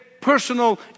personal